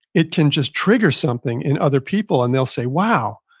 it can just trigger something in other people and they'll say, wow,